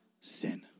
sin